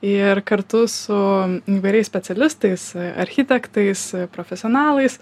ir kartu su įvairiais specialistais architektais profesionalais